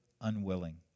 unwilling